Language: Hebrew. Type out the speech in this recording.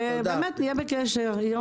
ונהיה בקשר, יום טוב.